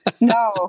No